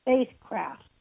spacecraft